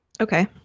Okay